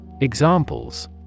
Examples